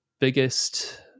biggest